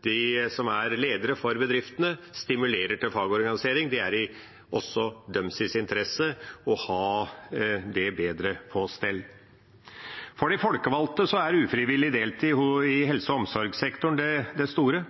de som er ledere i bedriftene, må stimulere til fagorganisering. Det er også i deres interesse at det er mer på stell. For de folkevalgte er ufrivillig deltid i helse- og omsorgssektoren det store.